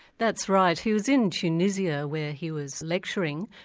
that's right. he was in tunisia where he was lecturing,